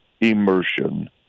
immersion